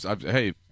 hey